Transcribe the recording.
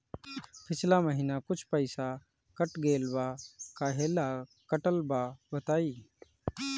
पिछला महीना कुछ पइसा कट गेल बा कहेला कटल बा बताईं?